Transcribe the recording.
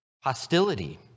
hostility